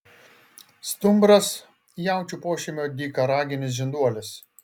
stumbras jaučių pošeimio dykaraginis žinduolis